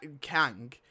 Kang